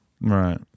Right